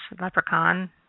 Leprechaun